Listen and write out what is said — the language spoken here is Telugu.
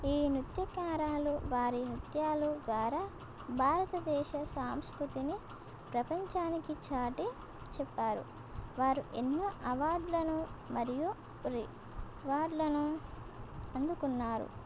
ఈ నృత్యకారులు వారి నృత్యాలు ద్వారా భారతదేశ సాంస్కృతిని ప్రపంచానికి చాటి చెప్పారు వారు ఎన్నో అవార్డులను మరియు రివార్డ్లను అందుకున్నారు